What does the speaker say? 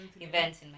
events